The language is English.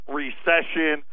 recession